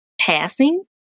passing